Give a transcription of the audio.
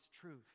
truth